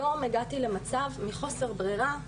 היום הגעתי למצב מחוסר ברירה,